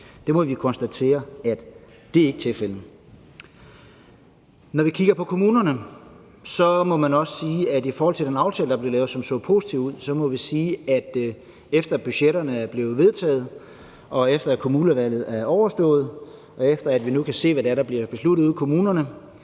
Det må vi konstatere ikke er tilfældet. Når vi kigger på kommunerne i forhold til den aftale, der blev lavet, som så positiv ud, og efter at budgetterne er blevet vedtaget, og efter at kommunevalget er overstået, og efter at vi nu kan se, hvad det er, der bliver besluttet ude i kommunerne,